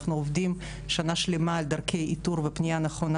אנחנו עובדים שנה שלמה על דרכי איתור ופנייה נכונה